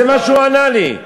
זה מה שהוא ענה לי.